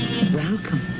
Welcome